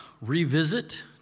revisit